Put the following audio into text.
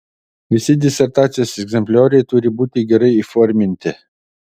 visi disertacijos egzemplioriai turi būti gerai įforminti